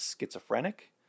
schizophrenic